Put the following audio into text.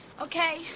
Okay